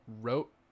wrote